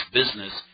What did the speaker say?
business